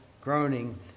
groaning